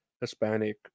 Hispanic